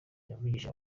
yavugishije